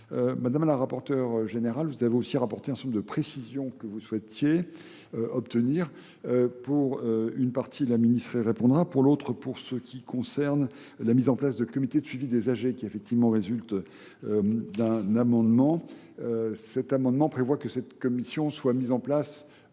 Madame la rapporteure générale, vous avez aussi rapporté un centre de précision que vous souhaitiez obtenir. Pour une partie, la ministre répondra, pour l'autre, pour ce qui concerne la mise en place de comités de suivi des âgés, qui effectivement résultent d'un amendement. Cet amendement prévoit que cette commission soit mise en place